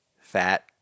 fat